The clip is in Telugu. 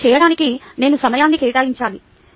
దీన్ని చేయడానికి నేను సమయాన్ని కేటాయించాలి